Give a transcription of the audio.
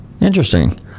Interesting